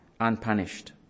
unpunished